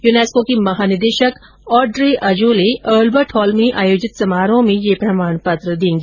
UNESCO की महानिदेशक Audrey Azoulay Albert Hall में आयोजित समारोह में यह प्रमाण पत्र देगी